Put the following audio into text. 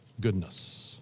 goodness